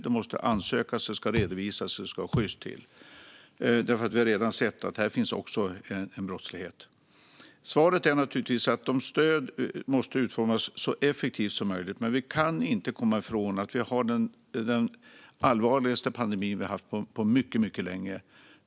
Det måste ansökas, det ska redovisas och det ska gå sjyst till. Vi har ju redan sett att här finns en brottslighet. Svaret är naturligtvis att stöd måste utformas så effektivt som möjligt, men vi kan inte komma ifrån att vi har den allvarligaste pandemi vi har haft på mycket, mycket länge.